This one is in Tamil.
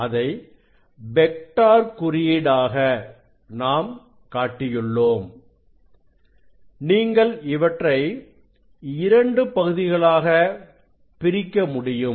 அதை வெக்டார் குறியீடாக நாம் காட்டியுள்ளோம் நீங்கள் இவற்றை இரண்டு பகுதிகளாக பிரிக்க முடியும்